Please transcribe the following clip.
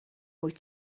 wyt